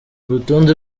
urutonde